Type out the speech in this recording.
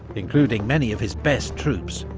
including many of his best troops,